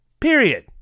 period